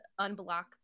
unblock